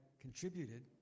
contributed